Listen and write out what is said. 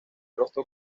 rostro